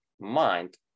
mind